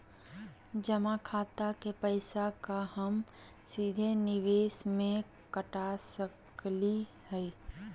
जमा खाता के पैसा का हम सीधे निवेस में कटा सकली हई?